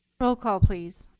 roll call, please?